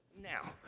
Now